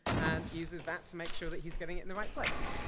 and uses that to make sure that he's getting it in the right place.